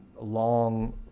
long